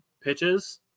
pitches